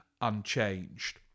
unchanged